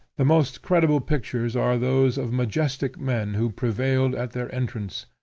the most credible pictures are those of majestic men who prevailed at their entrance,